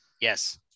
Yes